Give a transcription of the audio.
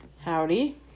Howdy